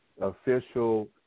official